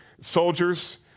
soldiers